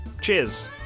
Cheers